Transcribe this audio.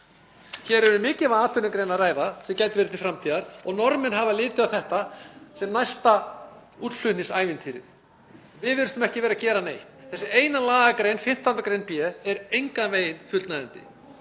Hér er um mikilvæga atvinnugrein að ræða sem gæti verið til framtíðar og Norðmenn hafa litið á þetta sem næsta útflutningsævintýri. Við virðumst ekki vera að gera neitt. Þessi eina lagagrein, 15. gr. b, er engan veginn fullnægjandi.